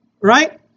right